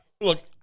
Look